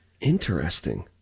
Interesting